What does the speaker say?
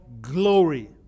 glory